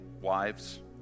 wives